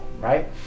right